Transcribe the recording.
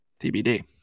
TBD